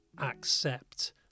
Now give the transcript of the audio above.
accept